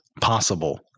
possible